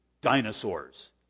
Dinosaurs